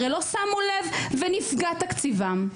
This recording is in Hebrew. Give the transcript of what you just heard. הרי לא שמו לב ונפגע תקציבם,